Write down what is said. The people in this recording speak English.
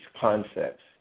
concepts